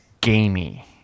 gamey